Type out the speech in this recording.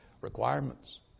requirements